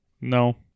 No